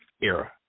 era